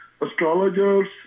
astrologers